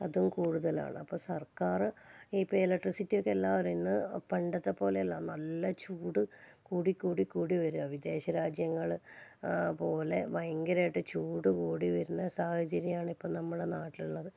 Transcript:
അതും കൂടുതലാണ് അപ്പോൾ സർക്കാർ ഇപ്പോൾ ഇലക്ട്രിസിറ്റി ഒക്കെ എല്ലാം പറയുന്നത് പണ്ടത്തെ പോലെയല്ല നല്ല ചൂട് കൂടിക്കൂടി കൂടി വരുകയാണ് വിദേശരാജ്യങ്ങൾ പോലെ ഭയങ്കരമായിട്ട് ചൂട് കൂടി വരുന്ന സാഹചര്യമാണ് ഇപ്പോൾ നമ്മുടെ നാട്ടിലുള്ളത്